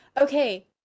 Okay